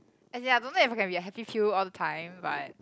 as in I don't know if I can be a happy pill all the time but